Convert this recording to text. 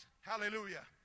hallelujah